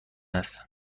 است